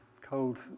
Cold